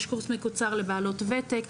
יש קורס מקוצר לבעלות וותק.